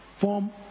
form